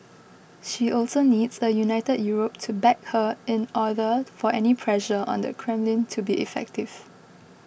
she also needs a united Europe to back her in order for any pressure on the Kremlin to be effective